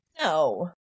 no